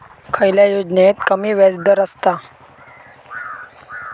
खयल्या योजनेत कमी व्याजदर असता?